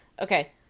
Okay